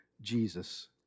Jesus